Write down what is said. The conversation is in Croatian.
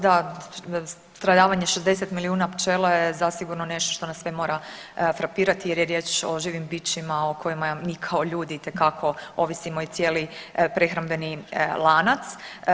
Da, stradavanje 60 milijuna pčela je zasigurno nešto što nas sve mora frapirati jer je riječ o živim bićima o kojima mi kao ljudi itekako ovisimo i cijeli prehrambeni lanac.